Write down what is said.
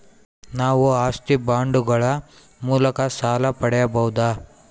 ನಾವು ಆಸ್ತಿ ಬಾಂಡುಗಳ ಮೂಲಕ ಸಾಲ ಪಡೆಯಬಹುದಾ?